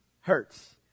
hurts